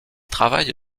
travaille